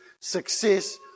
success